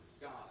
God